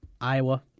Iowa